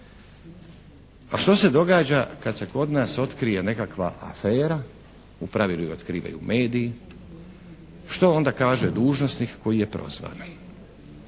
A što se događa kad se kod nas otkrije nekakva afera? U pravilu ju otkrivaju mediji. Što onda kaže dužnosnik koji je prozvan?